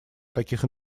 таких